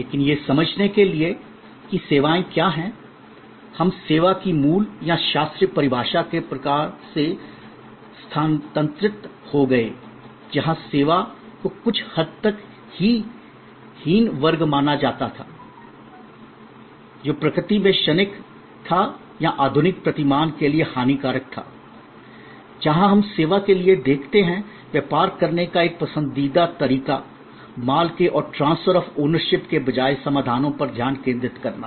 लेकिन यह समझने के लिए कि सेवाएं क्या हैं हम सेवा की मूल या शास्त्रीय परिभाषा के प्रकार से स्थानांतरित हो गए जहां सेवा को कुछ हद तक हीन वर्ग माना जाता था जो प्रकृति में क्षणिक था या आधुनिक प्रतिमान के लिए हानिकारक था जहां हम सेवा के लिए देखते हैं व्यापार करने का एक पसंदीदा तरीका माल के और ट्रांसफर आफ ओनरशिप के बजाय समाधानों पर ध्यान केंद्रित करना